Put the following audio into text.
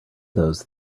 those